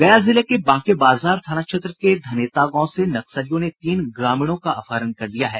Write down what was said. गया जिले के बांके बाजार थाना क्षेत्र के धनेता गांव से नक्सलियों ने तीन ग्रामीणों का अपहरण कर लिया है